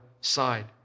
side